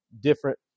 different